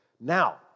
Now